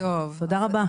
תודה רבה.